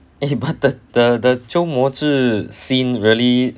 eh but the the the 鸠摩智 scene really